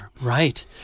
Right